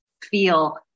feel